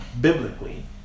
biblically